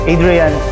Adrian